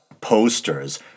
posters